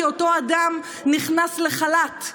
כי אותו בן אדם נכנס לחל"ת.